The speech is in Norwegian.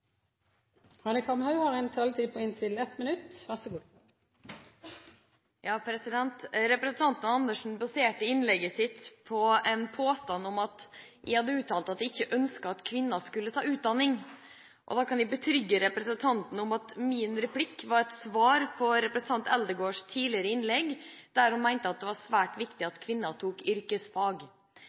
Hanekamhaug har hatt ordet to ganger tidligere og får ordet til en kort merknad, begrenset til 1 minutt. Representanten Karin Andersen baserte innlegget sitt på en påstand om at jeg hadde uttalt at jeg ikke ønsket at kvinner skulle ta utdanning. Jeg kan betrygge representanten med at min replikk var et svar på representanten Eldegards tidligere innlegg, der hun mente at det var svært viktig at kvinner tok yrkesfag.